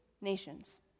nations